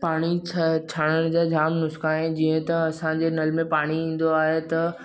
पाणी छ छाणण जा जामु नुस्ख़ा आहिनि जीअं त असांजे नल में पाणी ईंदो आहे त